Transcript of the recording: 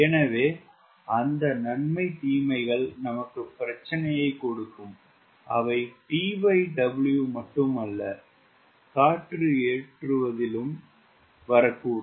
எனவே அந்த நன்மை தீமைகள் நமக்கு பிரச்சனையை கொடுக்கும் அவை TW மட்டுமல்ல காற்று ஏற்றுவதிலிருந்தும் வரக்கூடும்